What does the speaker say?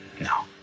No